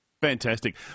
Fantastic